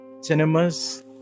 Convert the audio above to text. cinemas